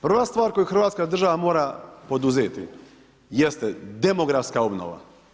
Prva stvar koju Hrvatska država mora poduzeti jeste demografska obnova.